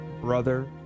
brother